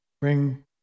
bring